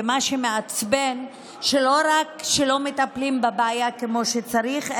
ומה שמעצבן הוא שלא רק שלא מטפלים בבעיה כמו שצריך,